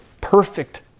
perfect